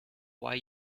why